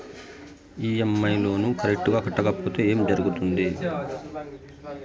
EMI loan correct గా కట్టకపోతే ఏం జరుగుతుంది